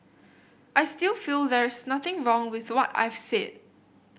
I still feel there is nothing wrong with what I've said